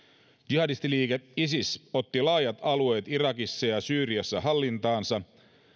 jihadistiliike isis otti laajat alueet irakissa ja syyriassa hallintaansa